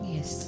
Yes